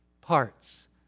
parts